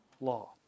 law